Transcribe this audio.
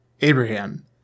Abraham